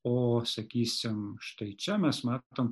o sakysim štai čia mes matom